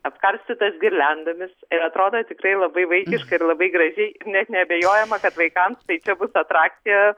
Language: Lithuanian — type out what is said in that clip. apkarstytas girliandomis ir atrodo tikrai labai vaikiškai ir labai gražiai net neabejojama kad vaikams tai čia bus atrakcija